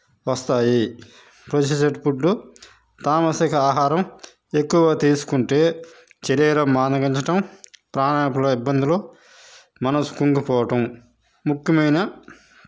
వస్తాయి processed food తామసిక ఆహారం ఎక్కువగా తీసుకుంటే శరీరం మానగింజడం ప్రాణాపాయ ఇబ్బందులు మనసు కుంగిపోవటం ముఖ్యమైన